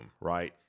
right